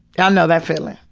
know that feeling.